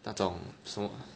那种什么